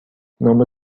نام